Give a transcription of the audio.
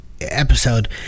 episode